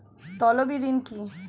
তলবি ঋন কি?